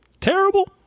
terrible